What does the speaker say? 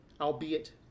albeit